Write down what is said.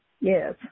Yes